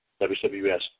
WWS